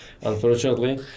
unfortunately